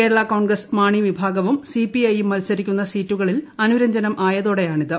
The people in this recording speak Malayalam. കേരളാകോൺഗ്രസ് മാണി വിഭാഗവും സിപിഐയും മത്സരിക്കുന്ന സീറ്റുകളിൽ അനുരജ്ഞനം ആയതോടെയാണ് ഇത്